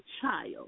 child